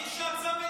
מי שעצם עיניים.